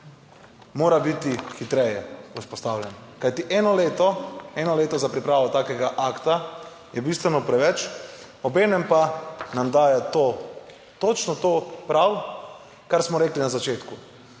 mora biti hitreje vzpostavljen, kajti eno leto, eno leto za pripravo takega akta je bistveno preveč. Obenem pa nam daje to točno to prav, kar smo rekli na začetku: